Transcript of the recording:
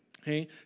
Okay